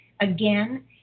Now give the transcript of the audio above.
Again